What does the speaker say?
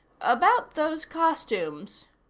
about those costumes